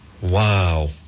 Wow